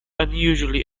unusually